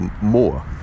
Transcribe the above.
more